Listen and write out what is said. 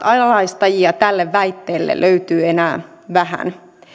kyseenalaistajia tälle väitteelle löytyy enää vähän